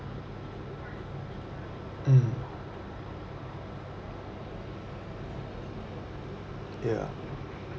mm ya